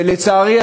ולצערי,